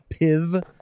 piv